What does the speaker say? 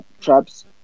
traps